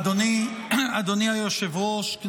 אדוני היושב-ראש, סליחה.